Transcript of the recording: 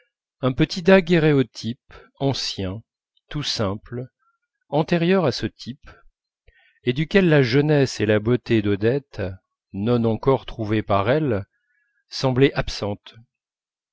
un petit daguerréotype ancien tout simple antérieur à ce type et duquel la jeunesse et la beauté d'odette non encore trouvées par elle semblaient absentes